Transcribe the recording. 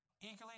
Eagerly